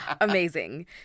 Amazing